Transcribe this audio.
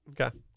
Okay